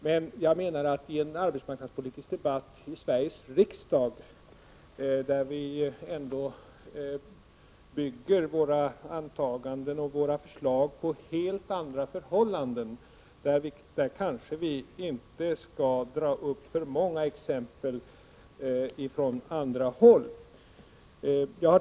Men jag menar att i en arbetsmarknadspolitisk debatt i Sveriges riksdag, där vi ändå bygger våra antaganden och våra förslag på helt andra förhållanden, skall vi kanske inte dra upp för många exempel från andra håll.